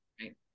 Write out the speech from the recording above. Right